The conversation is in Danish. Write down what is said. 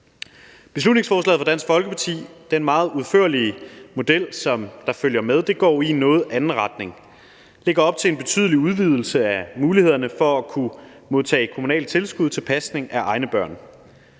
Beslutningsforslaget fra Dansk Folkeparti og den meget udførlige model, der følger med, går jo i en noget anden retning. Det lægger op til en betydelig udvidelse af mulighederne for at kunne modtage kommunale tilskud til pasning af egne børn,